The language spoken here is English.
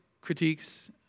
critiques